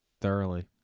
thoroughly